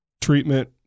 treatment